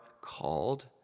called